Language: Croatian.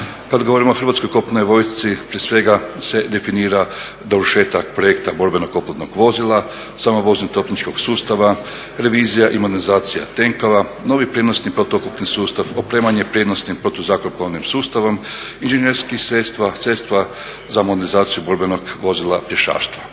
Kad govorimo o hrvatskoj kopnenoj vojsci prije svega se definira dovršetak projekta borbenog oklopnog vozila, …/Govornik se ne razumije./… sustava, revizija i modernizacija tenkova, novi prijenosni protuoklopni sustav, opremanje prijenosnim i protu zrakoplovnim sustavom, inženjerskih sredstva, sredstva za modernizaciju borbenog vozila pješaštva.